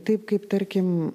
taip kaip tarkim